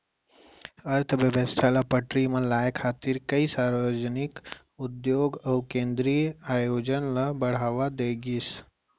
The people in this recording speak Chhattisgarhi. अर्थबेवस्था ल पटरी म लाए खातिर कइ सार्वजनिक उद्योग अउ केंद्रीय आयोजन ल बड़हावा दे गिस